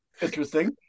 Interesting